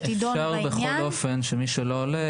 שתדון בעניין -- אפשר שמי שלא עולה,